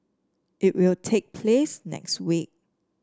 it will take place next week